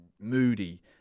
Moody